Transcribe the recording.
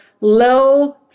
low